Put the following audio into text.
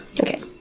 Okay